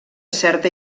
certa